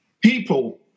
people